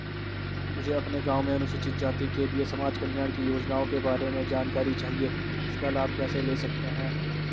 मुझे अपने गाँव में अनुसूचित जाति के लिए समाज कल्याण की योजनाओं के बारे में जानकारी चाहिए इसका लाभ कैसे ले सकते हैं?